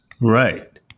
Right